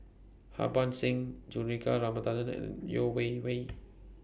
Harbans Singh Juthika Ramanathan and Yeo Wei Wei